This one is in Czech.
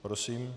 Prosím.